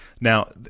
Now